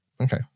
Okay